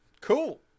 cool